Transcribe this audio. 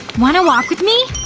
wanna walk with me?